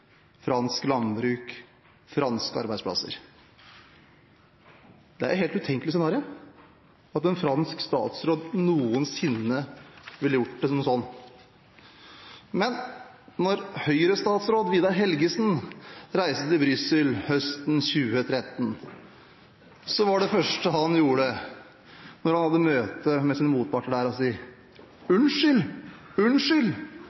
fransk landbruk, franske arbeidsplasser. Det er et helt utenkelig scenario at en fransk statsråd noensinne ville gjort noe slik. Men da Høyre-statsråd Vidar Helgesen reiste til Brussel høsten 2013, så var det første han gjorde i møte med sine motparter der, å si: Unnskyld,